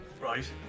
Right